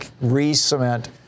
re-cement